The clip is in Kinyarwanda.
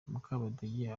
mukabadege